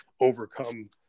overcome